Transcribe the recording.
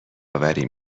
آوری